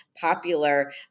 popular